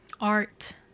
art